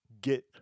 get